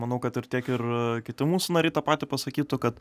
manau kad ir tiek ir kiti mūsų nariai tą patį pasakytų kad